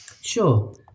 Sure